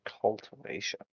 cultivation